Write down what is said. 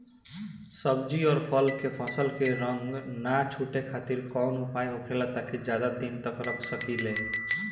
सब्जी और फल के फसल के रंग न छुटे खातिर काउन उपाय होखेला ताकि ज्यादा दिन तक रख सकिले?